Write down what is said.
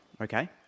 Okay